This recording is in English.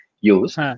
use